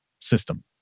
system